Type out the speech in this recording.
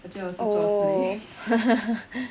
我觉得我是做 slave